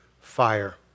fire